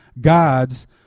God's